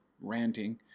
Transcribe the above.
ranting